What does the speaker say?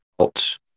out